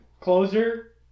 closer